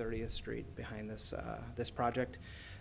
thirtieth street behind this this project